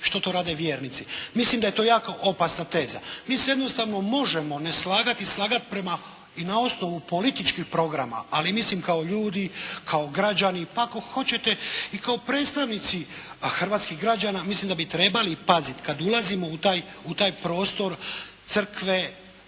što to rade vjernici. Mislim da je to jako opasna teza. Mi se jednostavno možemo neslagati i slagati prema i na osnovu političkih programa, ali mislim kao ljudi, kao građani, pa ako hoćete i kao predstavnici hrvatskih građana mislim da bi trebali paziti kad ulazimo u taj prostor crkve,